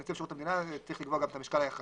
נציב שירות המדינה צריך לקבוע גם את המשקל היחסי